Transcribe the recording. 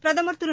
பிரதமர் திரு